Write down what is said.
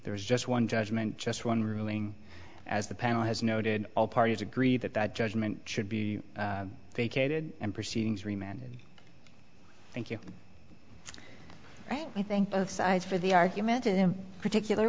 there was just one judgment just one ruling as the panel has noted all parties agree that that judgment should be vacated and proceedings remained thank you i thank both sides for the argument to him particular